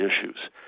issues